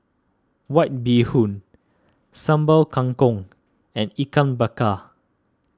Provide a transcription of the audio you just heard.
White Bee Hoon Sambal Kangkong and Ikan Bakar